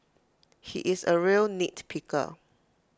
he is A real nit picker